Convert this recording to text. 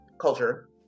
Culture